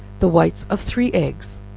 the whites of three eggs,